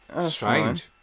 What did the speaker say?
Strange